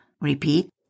Repeat